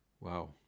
Wow